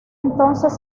entonces